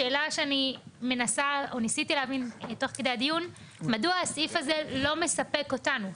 השאלה שניסיתי להבין תוך כדי הדיון היא מדוע הסעיף הזה לא מספק אותנו.